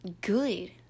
good